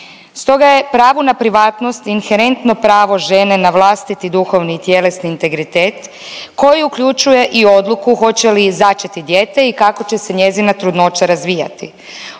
Stoga je pravo na privatnost inherentno pravo žene na vlastiti duhovni i tjelesni integritet koji uključuje i odluku hoće li začeti dijete i kako će se njezina trudnoća razvijati.